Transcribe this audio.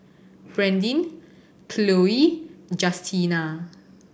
Brandin Khloe Justina